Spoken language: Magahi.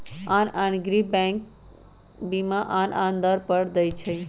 आन आन बैंक गृह बीमा आन आन दर पर दइ छै